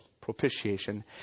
propitiation